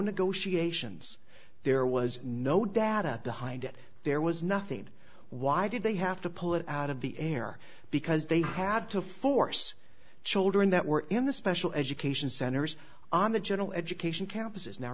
negotiations there was no data behind it there was nothing why did they have to pull it out of the air because they had to force children that were in the special education centers on the general education campuses now